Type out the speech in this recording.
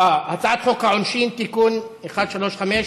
הצעת חוק העונשין (תיקון מס' 135)